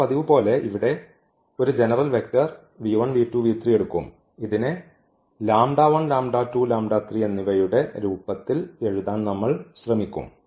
നമ്മൾ പതിവുപോലെ ഇവിടെ ഒരു ജെനറൽ വെക്റ്റർ എടുക്കും ഇതിനെ എന്നിവയുടെ രൂപത്തിൽ എഴുതാൻ നമ്മൾ ശ്രമിക്കും